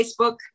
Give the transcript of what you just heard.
Facebook